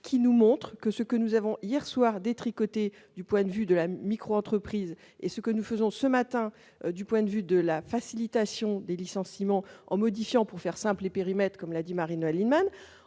qui nous montre que ce que nous avons hier soir détricoter du point de vue de la micro-entreprise et ce que nous faisons, ce matin, du point de vue de la facilitation des licenciements en modifiant pour faire simple et périmètre comme l'a dit Marie-Noëlle Lienemann,